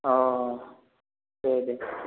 अ दे दे